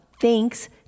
thanks